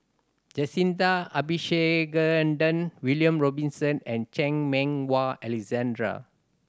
Jacintha Abisheganaden William Robinson and Chan Meng Wah Alexander